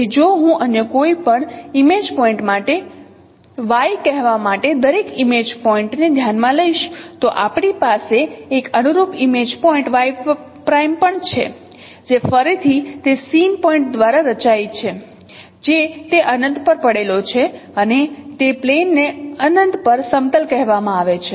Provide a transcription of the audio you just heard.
તેથી જો હું અન્ય કોઈપણ ઇમેજ પોઇન્ટ માટે y કહેવા માટે દરેક ઇમેજ પોઇન્ટ ને ધ્યાનમાં લઈશ તો આપણી પાસે એક અનુરૂપ ઇમેજ પોઇન્ટ y' પણ છે જે ફરીથી તે સીન પોઇન્ટ દ્વારા રચાય છે જે તે અનંત પર પડેલો છે અને તે પ્લેનને અનંત પર સમતલ કહેવામાં આવે છે